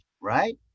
right